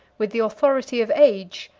with the authority of age,